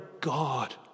God